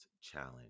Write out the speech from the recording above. challenge